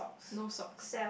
no socks